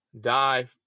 die